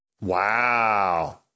Wow